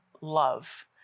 Love